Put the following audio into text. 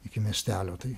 iki miestelio tai